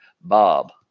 Bob